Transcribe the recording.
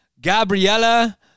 Gabriella